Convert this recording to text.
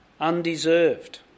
Undeserved